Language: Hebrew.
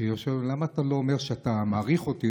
ששואלת: למה אתה לא אומר שאתה מעריך אותי,